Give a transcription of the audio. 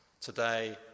Today